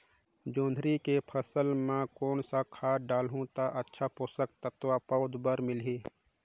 जोंदरी के फसल मां कोन सा खाद डालहु ता अच्छा पोषक तत्व पौध बार मिलही?